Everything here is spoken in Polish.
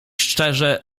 szczerze